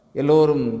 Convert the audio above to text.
elorum